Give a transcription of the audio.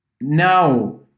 now